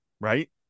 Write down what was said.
right